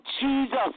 Jesus